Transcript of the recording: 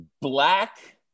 black